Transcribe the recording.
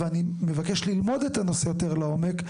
ואני מבקש ללמוד את הנושא הזה יותר לעומק,